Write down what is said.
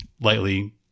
lightly